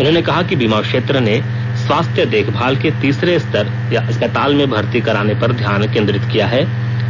उन्होंने कहा कि बीमा क्षेत्र ने स्वास्थ्य देखभाल के तीसरे स्तर या अस्पताल में भर्ती कराने पर ध्यान केंद्रित किया है